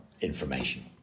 information